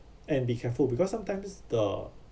and be careful because sometimes the